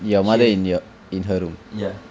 she has ya